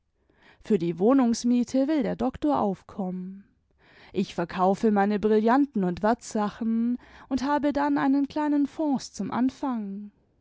für die wohnungsmiete will der doktor aufkommen ich verkaufe meine brillanten und wertsachen und habe dann einen kleinen fonds zum anfangen